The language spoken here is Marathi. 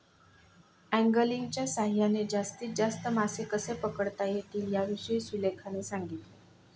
अँगलिंगच्या सहाय्याने जास्तीत जास्त मासे कसे पकडता येतील याविषयी सुलेखाने सांगितले